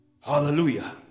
Hallelujah